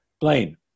Blaine